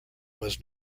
was